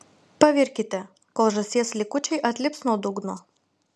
pavirkite kol žąsies likučiai atlips nuo dugno